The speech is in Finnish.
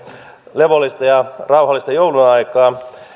levollista ja rauhallista joulun aikaa